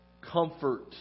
comfort